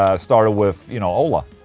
ah started with you know, ola